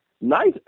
nice